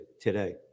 today